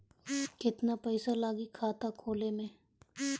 केतना पइसा लागी खाता खोले में?